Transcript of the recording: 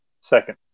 second